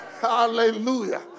Hallelujah